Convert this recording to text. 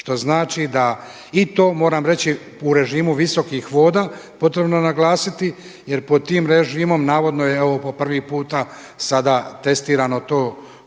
Što znači da, i to moram reći u režimu visokih voda, potrebno naglasiti jer pod tim režimom navodno je ovo po prvi puta sada testirano to područje.